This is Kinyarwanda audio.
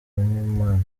nk’impano